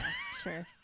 Sure